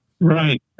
Right